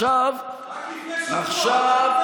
רק לפני שבוע,